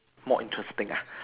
more interesting ah